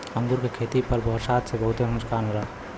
अंगूर के खेती पर बरसात से बहुते नुकसान होला